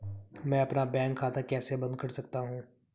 मैं अपना बैंक खाता कैसे बंद कर सकता हूँ?